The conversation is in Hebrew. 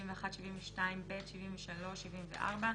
71, 72(ב), 73, 74,